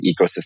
ecosystem